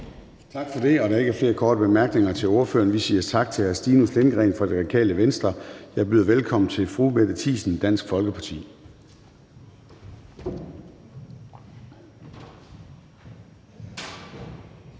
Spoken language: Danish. Tak for det. Der er ikke flere korte bemærkninger til ordføreren, og så siger vi tak til hr. Stinus Lindgreen fra Radikale Venstre. Jeg byder velkommen til fru Mette Thiesen, Dansk Folkeparti.